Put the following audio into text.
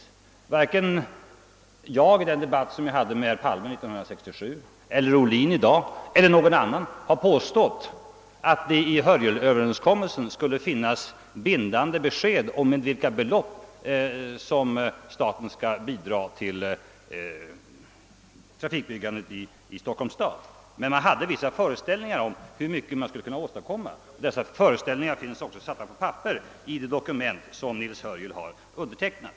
Ingen — varken jag i debatten med herr Palme 1967 eller herr Oblin i dag eller någon annan — har påstått att det i Hörjelöverenskommelsen skulle finnas bindande besked om med vilka belopp staten skall bidra till trafikbyggandet i Stockholmsområdet. Men man hade vissa föreställningar om hur mycket man skulle kunna åstadkomma. Dessa föreställningar återfinns också i det dokument som Nils Hörjel har undertecknat.